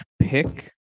pick